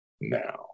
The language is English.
now